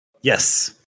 Yes